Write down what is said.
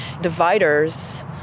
dividers